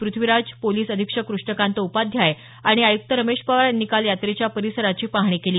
Prithviraj police अधीक्षक कृष्णकांत उपाध्याय आणि आयुक्त रमेश पवार यांनी काल यात्रेच्या परिसराची पाहणी केली